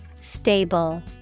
Stable